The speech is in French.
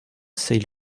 ces